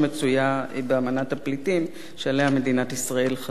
באמנה בדבר מעמדם של פליטים שעליה מדינת ישראל חתומה,